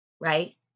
right